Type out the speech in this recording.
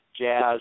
jazz